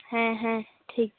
ᱦᱮᱸ ᱦᱮᱸ ᱴᱷᱤᱠᱜᱮᱭᱟ